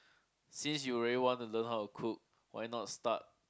since you already want to learn how to cook why not start